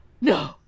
no